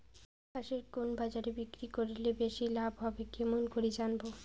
পাশের কুন বাজারে বিক্রি করিলে বেশি লাভ হবে কেমন করি জানবো?